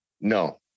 No